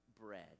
bread